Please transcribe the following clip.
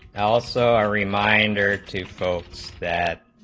also a reminder to faults that